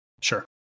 Sure